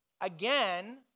again